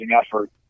effort